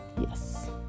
yes